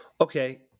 Okay